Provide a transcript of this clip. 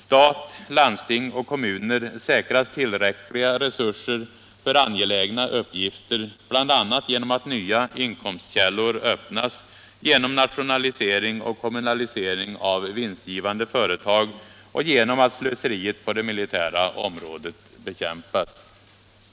Stat, landsting och kommuner måste säkras tillräckliga resurser för angelägna uppgifter, bl.a. genom att nya inkomstkällor öppnas genom nationalisering och kommunalisering av vinstgivande företag och genom att slöseriet på det militära området bekämpas.